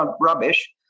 rubbish